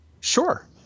sure